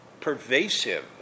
pervasive